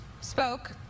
spoke